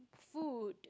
food